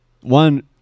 one